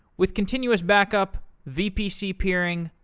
with continuous back-up, vpc peering,